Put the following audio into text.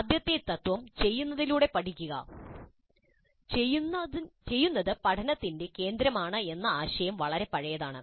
ആദ്യത്തെ തത്ത്വം "ചെയ്യുന്നതിലൂടെ പഠിക്കുക" ചെയ്യുന്നത് പഠനത്തിന്റെ കേന്ദ്രമാണ് എന്ന ആശയം വളരെ പഴയതാണ്